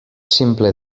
simple